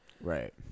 Right